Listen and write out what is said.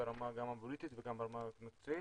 גם ברמה הפוליטית וגם ברמה המקצועית.